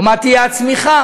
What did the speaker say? או מה תהיה הצמיחה,